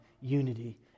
unity